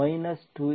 2 x1x2